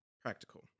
Practical